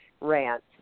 rant